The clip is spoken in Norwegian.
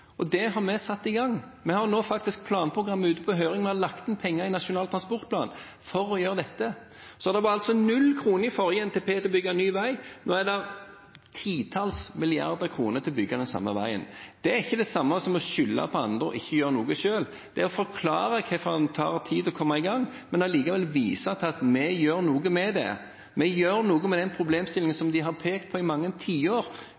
Det har vi satt i gang. Vi har faktisk planprogrammet ute på høring. Vi har lagt penger inn i Nasjonal transportplan for å gjøre dette. Det var null kroner i forrige NTP til å bygge ny vei. Nå er det titalls milliarder kroner til å bygge den samme veien. Det er ikke det samme som å skylde på andre og ikke gjøre noe selv. Det er å forklare hvorfor det tar tid å komme i gang, men allikevel vise til at vi gjør noe med det. Vi gjør noe med den problemstillingen som en har pekt på i mange tiår